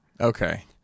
Okay